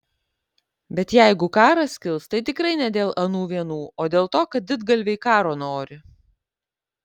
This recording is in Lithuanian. bet jeigu karas kils tai tikrai ne dėl anų vienų o dėl to kad didgalviai karo nori